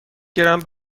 گرم